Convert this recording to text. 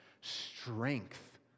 strength